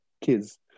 kids